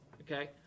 okay